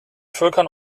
völkern